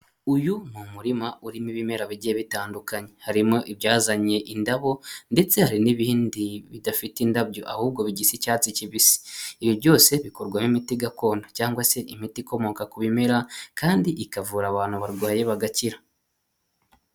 Uyu ni umurima urimo ibimera bigiye bitandukanye, harimo ibyazanye indabo ndetse hari n'ibindi bidafite indabyo, ahubwo bigisa icyatsi kibisi ibi byose bikorwamo imiti gakondo, cyangwa se imiti ikomoka ku bimera, kandi ikavura abantu barwaye bagakira.